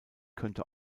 könnte